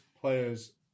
players